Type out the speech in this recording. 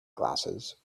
glasses